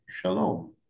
Shalom